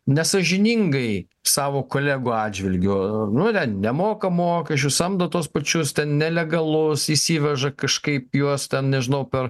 nesąžiningai savo kolegų atžvilgiu nu ten nemoka mokesčių samdo tuos pačius nelegalus įsiveža kažkaip juos ten nežinau per